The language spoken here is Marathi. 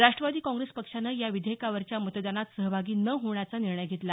राष्ट्रवादी काँग्रेस पक्षानं या विधेयकावरच्या मतदानात सहभागी न होण्याचा निर्णय घेतला